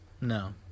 No